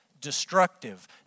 destructive